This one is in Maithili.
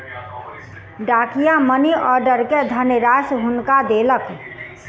डाकिया मनी आर्डर के धनराशि हुनका देलक